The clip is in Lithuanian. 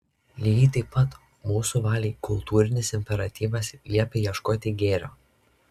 lygiai taip pat mūsų valiai kultūrinis imperatyvas liepia ieškoti gėrio